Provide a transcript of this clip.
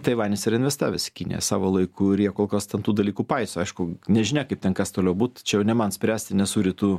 taivanis yra investavęs į kiniją savo laiku ir jie kol kas ten tų dalykų paiso aišku nežinia kaip ten kas toliau būt čia jau ne man spręsti nesu rytų